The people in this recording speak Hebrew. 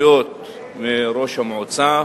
סמכויות מראש המועצה,